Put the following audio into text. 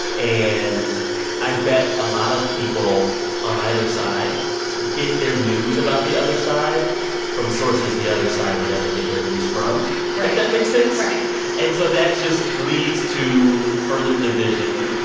and i bet a lot of people on either side get their news about the other side from sources the other side would never get their news from right if that makes sense right and so that just leads to further division,